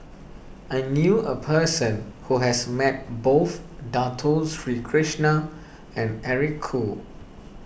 I knew a person who has met both Dato Sri Krishna and Eric Khoo